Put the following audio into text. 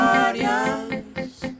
audience